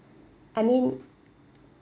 I mean